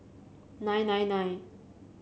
nine nine nine